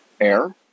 Air